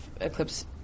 Eclipse